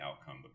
outcome